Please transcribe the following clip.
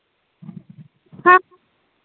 हां